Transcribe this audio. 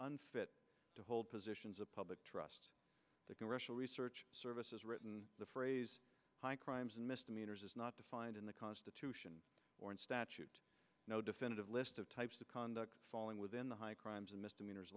unfit to hold positions of public trust the congressional research service has written the phrase high crimes and misdemeanors is not defined in the constitution or in statute no definitive list of types of conduct falling within the high crimes and misdemeanors